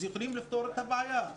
אז יכולים לפתור את הבעיה.